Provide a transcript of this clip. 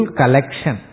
collection